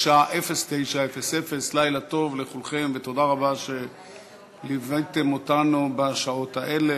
בשעה 09:00. לילה טוב לכולכם ותודה רבה על שליוויתם אותנו בשעות האלה.